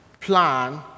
plan